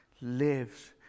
lives